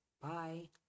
Bye